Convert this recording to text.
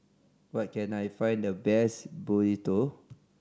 where can I find the best Burrito